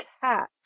cats